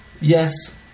yes